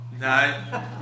No